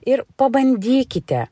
ir pabandykite